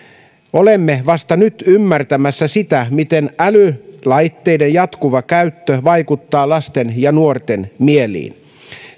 olemme vasta nyt ymmärtämässä sitä miten älylaitteiden jatkuva käyttö vaikuttaa lasten ja nuorten mieliin